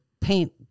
paint